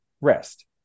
rest